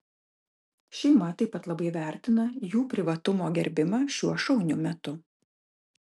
šeima taip pat labai vertina jų privatumo gerbimą šiuo šauniu metu